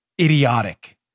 Idiotic